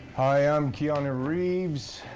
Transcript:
hi, i'm keanu reeves.